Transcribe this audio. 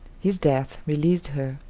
his death released her,